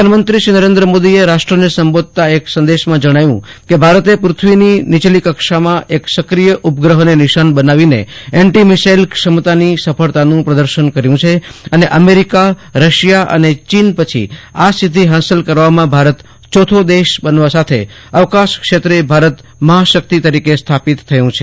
પ્રધાનમંત્રી નરેન્દ્ર મોદીએ રાષ્ટ્રને સંબોધતાં એક સંદેશમાં જણાવ્યું કે ભારતે પૃથ્વીની નિચલી કક્ષામાં એક સક્રિય ઉપગ્રહને નિશાન બનાવીને એન્ટીમિસાઇલ ક્ષમતાની સફળતાનું પ્રદર્શન કર્યું છેઅને અમેરિકા રશિયા અને ચીન પછી આ સિદ્ધિ હાંસલ કરવામાં ભારત ચોથો દેશ બનવા સાથે આકાશ ક્ષેત્રે ભારત મફાશક્તિ તરીકે સ્થાપિત થયું છે